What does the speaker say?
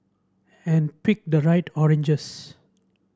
and pick the right oranges